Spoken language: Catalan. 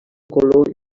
color